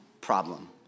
problem